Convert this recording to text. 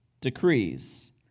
decrees